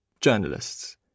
journalists